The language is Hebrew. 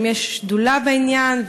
גם יש שדולה בעניין,